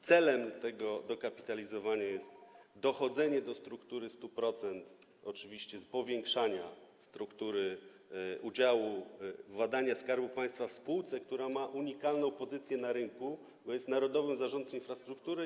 Celem tego dokapitalizowania jest dochodzenie do struktury 100% - oczywiście z powiększania struktury udziału - władania Skarbu Państwa w spółce, która ma unikalną pozycję na rynku, bo jest narodowym zarządcą infrastruktury.